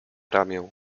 ramię